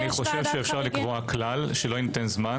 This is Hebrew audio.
אני חושב שאפשר לקבוע כלל שלא יינתן זמן